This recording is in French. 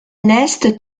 neste